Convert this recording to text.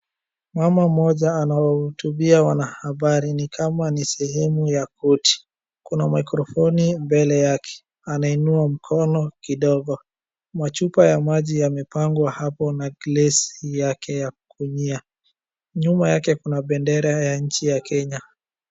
Mama mmoja anawahotubia wananahabari nikama ni sehemu ya koti, kuna mikrofoni mbele yake, anainua mkono kidogo, machupa ya maji yamepangwa hapo na glasi yake ya kunyia, nyuma yake kuna bendera ya nchi ya Kenya.